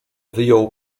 wyjął